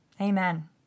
Amen